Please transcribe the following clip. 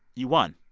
you won.